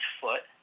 foot